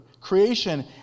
creation